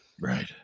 right